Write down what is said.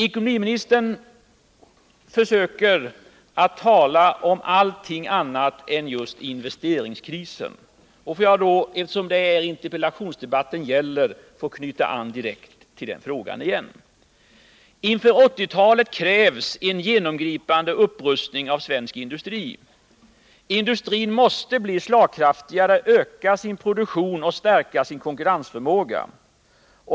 Ekonomiministern vill tala om allting annat än just investeringskrisen. Får jag då, eftersom interpellationsdebatten handlar om investeringarna, knyta an direkt till den frågan. Inför 1980-talet krävs en genomgripande upprustning av svensk industri. Industrin måste bli slagkraftigare, öka sin produktion och stärka sin konkurrensförmåga.